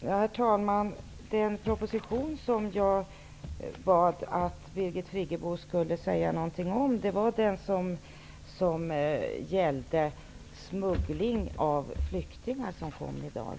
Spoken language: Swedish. Herr talman! Den proposition som jag bad Birgit Friggebo att kommentera var den som gällde smuggling av flyktingar och som kom i dag.